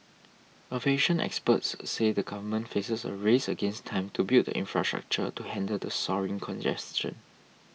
aviation experts say the government faces a race against time to build the infrastructure to handle the soaring congestion